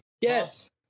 Yes